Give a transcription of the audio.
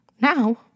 now